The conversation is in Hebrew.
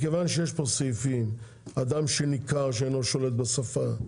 מכיוון שיש פה סעיפים, אדם שניכר שאינו שולט בשפה,